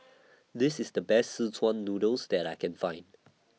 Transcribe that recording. This IS The Best Szechuan Noodles that I Can Find